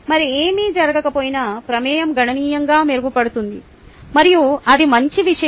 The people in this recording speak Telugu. మరేమీ జరగకపోయినా ప్రమేయం గణనీయంగా మెరుగుపడుతుంది మరియు అది మంచి విషయం